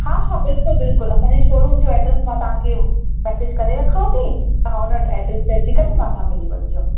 हा हा बिल्कुलु बिल्कुलु असांजो शोरूम जो एड्रस मां तव्हांखे मैसेज करे रखां थी तव्हां उन एड्रस ते अची करे मां सां मिली वठिजो